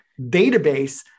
database